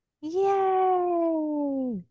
Yay